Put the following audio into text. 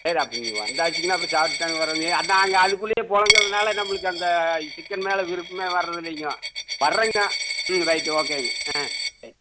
சரி அப்படி நீங்கள் வந்தாச்சுங்கன்னா அப்புறம் சாப்பிட்டு தானே வர முடியும் நாங்கள் அதுக்குள்ளேயே பொழங்குறதுனால நம்மளுக்கு அந்த சிக்கென் மேலே விருப்பமே வர்றது இல்லைங்க வர்றேங்க ம் ரைட்டு ஓகேங்க ஆ ரைட்